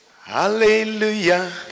Hallelujah